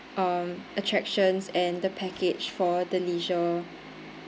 um attractions and the package for the leisure